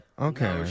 Okay